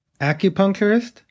acupuncturist